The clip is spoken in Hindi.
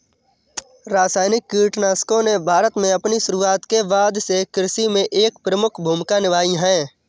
रासायनिक कीटनाशकों ने भारत में अपनी शुरूआत के बाद से कृषि में एक प्रमुख भूमिका निभाई हैं